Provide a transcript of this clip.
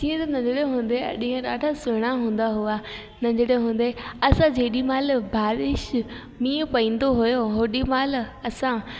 जीअं त नंढड़े हूंदे ॾींहुं ॾाढा सुहिणा हूंदा हुआ नंढड़े हूंदे असां जेॾीमहिल बारिश मींहुं पवंदो हुयो ओॾीमहिल असां